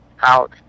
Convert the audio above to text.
out